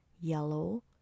yellow